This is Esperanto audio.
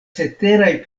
ceteraj